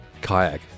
kayak